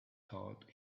taught